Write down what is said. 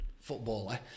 footballer